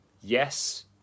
yes